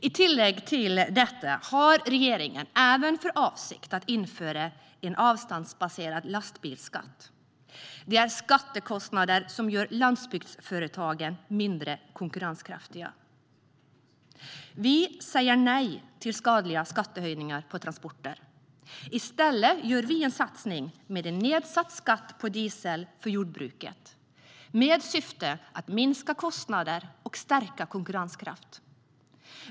I tillägg till detta har regeringen även för avsikt att införa en avståndsbaserad lastbilsskatt. Det är skattekostnader som gör landsbygdsföretagen mindre konkurrenskraftiga. Vi säger nej till skadliga skattehöjningar på transporter. I stället gör vi en satsning med nedsatt skatt på diesel för jordbruket i syfte att minska kostnader och stärka konkurrenskraften.